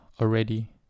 already